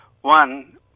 One